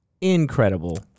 incredible